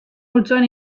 multzoan